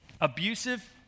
Abusive